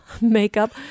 makeup